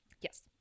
Yes